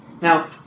Now